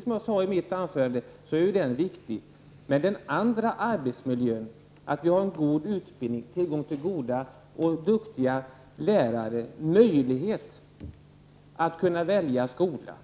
Som jag sade i mitt anförande är den viktig, men sådant som att utbildningen är god, att det finns tillgång till duktiga lärare, att det finns möjlighet att välja skola,